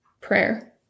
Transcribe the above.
Prayer